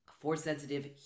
Force-sensitive